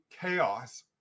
chaos